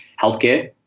healthcare